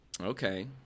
Okay